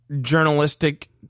journalistic